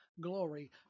glory